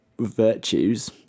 virtues